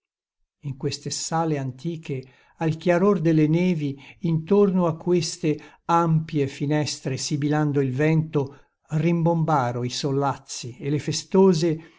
in queste sale antiche al chiaror delle nevi intorno a queste ampie finestre sibilando il vento rimbombaro i sollazzi e le festose